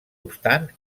obstant